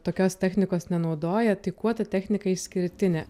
tokios technikos nenaudoja tik kuo ta technika išskirtinė